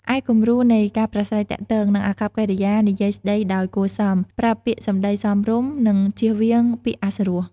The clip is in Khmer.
ឯគំរូនៃការប្រាស្រ័យទាក់ទង និងអាកប្បកិរិយានិយាយស្ដីដោយគួរសម ប្រើពាក្យសំដីសមរម្យ និងជៀសវាងពាក្យអសុរោះ ។